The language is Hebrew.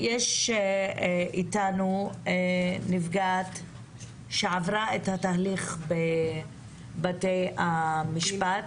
נמצאת איתנו נפגעת שעברה את התהליך בבתי המשפט.